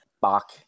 Bach